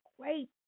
great